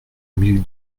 mille